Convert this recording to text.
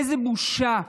איזו בושה,